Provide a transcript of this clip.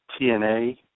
TNA